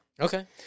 Okay